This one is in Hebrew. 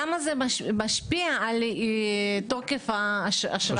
למה זה משפיע על תוקף אשרת העולה?